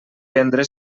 vendre